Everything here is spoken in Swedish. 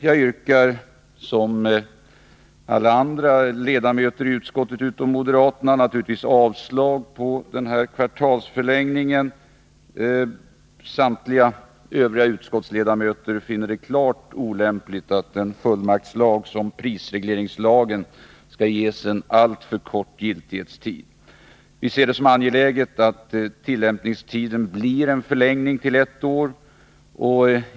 Jag yrkar, som alla andra ledamöter i utskottet utom moderaterna, naturligtvis avslag på förslaget om kvartalsförlängningen. Samtliga övriga utskottsledamöter finner det klart olämpligt att en fullmaktslag som prisregleringslagen skall ges en alltför kort giltighetstid. Vi ser det som angeläget att tillämpningstiden förlängs till ett år.